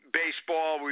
baseball